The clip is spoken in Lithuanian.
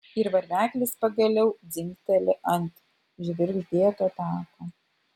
ir varveklis pagaliau dzingteli ant žvirgždėto tako